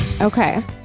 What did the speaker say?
Okay